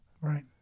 Right